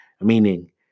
meaning